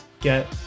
get